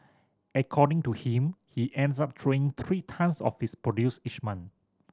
according to him he ends up throwing three tonnes of his produce each month